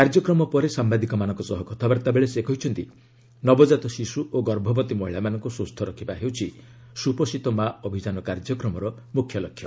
କାର୍ଯ୍ୟକ୍ରମ ପରେ ସାମ୍ଭାଦିକମାନଙ୍କ ସହ କଥାବାର୍ତ୍ତା ବେଳେ ସେ କହିଛନ୍ତି ନବକାତ ଶିଶୁ ଓ ଗର୍ଭବତୀ ମହିଳାମାନଙ୍କୁ ସୁସ୍ଥ ରଖିବା ହେଉଛି ସୁପୋଷିତ ମା' ଅଭିଯାନ କାର୍ଯ୍ୟକ୍ରମର ମୁଖ୍ୟ ଲକ୍ଷ୍ୟ